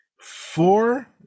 four